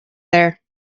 there